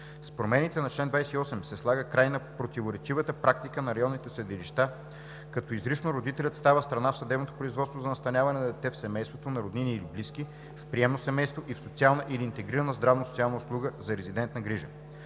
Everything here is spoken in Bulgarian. С промените на чл. 28 се слага край на противоречивата практика на районните съдилища, като изрично родителят става страна в съдебното производство за настаняване на дете в семейство на роднини или близки, в приемно семейство и в социална или интегрирана здравно-социална услуга за резидентна грижа.